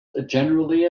generally